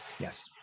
Yes